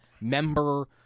member